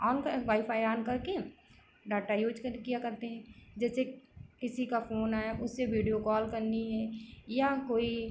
on कर wifi on करके data use कर किया करते हैं जैसे किसी का फ़ोन आया उससे वीडियो कॉल करनी है या कोई